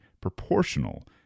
proportional